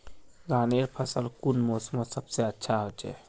धानेर फसल कुन मोसमोत सबसे अच्छा होचे?